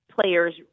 players